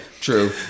true